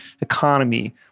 economy